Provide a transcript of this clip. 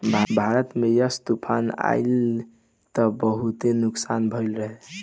भारत में यास तूफ़ान अइलस त बहुते नुकसान भइल रहे